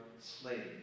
slave